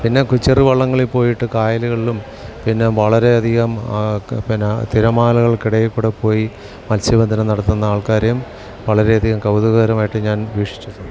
പിന്നെ ചെറു വള്ളങ്ങളിൽ പോയിട്ട് കായലുകളും പിന്നെ വളരെയധികം പിന്നെ തിരമാലകൾക്കിടയിൽ കൂടെ പോയി മത്സ്യബന്ധനം നടത്തുന്ന ആൾക്കാരേയും വളരെയധികം കൗതുകകരമായിട്ട് ഞാൻ വീക്ഷിച്ചിട്ടുണ്ട്